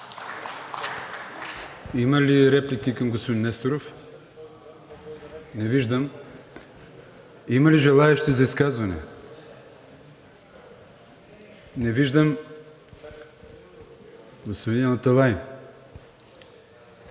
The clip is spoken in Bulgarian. Има ли реплики към господин Несторов? Не виждам. Има ли желаещи за изказване? Не виждам. (Народният